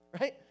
right